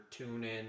TuneIn